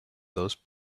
those